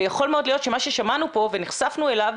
ויכול מאוד להיות שמה ששמענו פה ונחשפנו אליו,